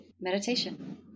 meditation